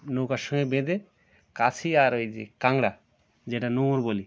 নৌকার সঙ্গে বেঁধে কাছি আর ওই যে কাঁঙড়া যেটা নোঙর বলি